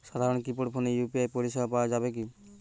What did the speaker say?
সাধারণ কিপেড ফোনে ইউ.পি.আই পরিসেবা পাওয়া যাবে কিনা?